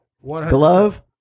glove